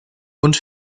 und